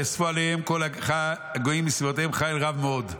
נאספו אליהם כל הגויים מסביבותיכם חיל רב מאוד.